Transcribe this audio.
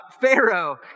Pharaoh